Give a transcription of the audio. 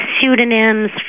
pseudonyms